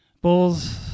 Bulls